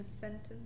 sentence